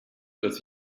des